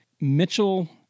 Mitchell